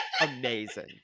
amazing